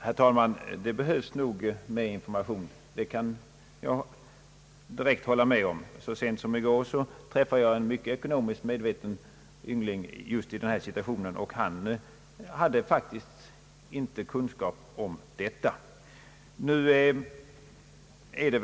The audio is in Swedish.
Herr talman! Att det behövs mera information kan jag direkt hålla med om. Så sent som i går träffade jag en ekonomiskt mycket medveten yngling som befinner sig just i den här situationen, och han hade faktiskt inte kunskap om bestämmelserna.